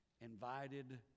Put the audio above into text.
invited